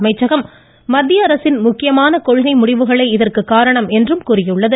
அமைச்சகம் மத்திய அரசின் முக்கியமான கொள்கை முடிவுகளே இதற்கு காரணம் என்றும் கூறப்பட்டுள்ளது